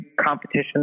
competition